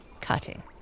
cutting